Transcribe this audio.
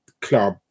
club